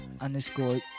underscore